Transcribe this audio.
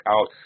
out